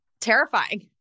terrifying